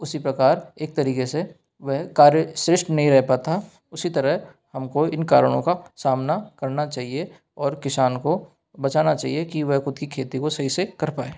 उसी प्रकार एक तरीके से वह कार्य श्रेष्ठ नहीं रह पाता उसी तरह हमको इन कारणों का सामना करना चाहिए और किसान को बचाना चाहिए की वह ख़ुद की खेती को सही से कर पाए